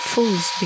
Fools